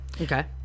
Okay